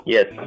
Yes